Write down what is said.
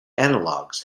analogs